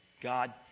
God